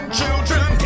children